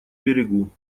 берегу